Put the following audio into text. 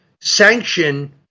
sanction